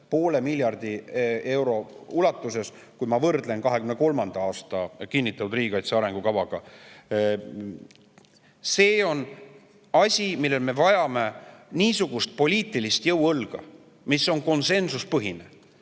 pool miljardit eurot vähem, kui ma võrdlen 2023. aasta kinnitatud riigikaitse arengukavaga. See on asi, mille puhul me vajame niisugust poliitilist jõuõlga, mis on konsensuspõhine.